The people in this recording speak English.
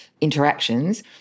interactions